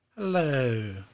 Hello